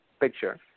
picture